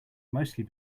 mostly